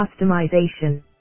customization